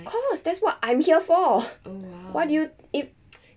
of course that's what I'm here for why do you i~